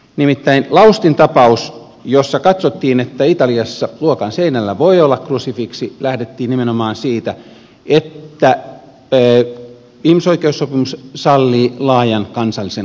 nimittäin laustin tapauksessa jossa katsottiin että italiassa luokan seinällä voi olla krusifiksi lähdettiin nimenomaan siitä että ihmisoikeussopimus sallii laajan kansallisen harkintavallan